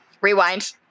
Rewind